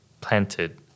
planted